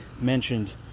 mentioned